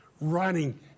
running